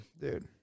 dude